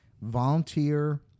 Volunteer